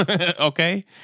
okay